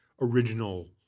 original